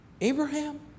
Abraham